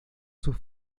sus